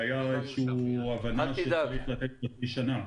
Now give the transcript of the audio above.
הייתה איזושהי הבנה שצריך לתת חצי שנה.